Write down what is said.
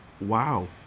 wow